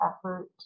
effort